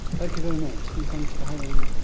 thank you very much. and thanks for having me.